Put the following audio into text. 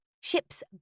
ship's